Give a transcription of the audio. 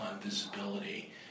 visibility